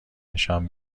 نشان